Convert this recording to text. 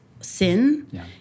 sin